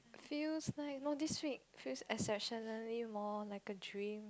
feels like no this week feels exceptionally more like a dream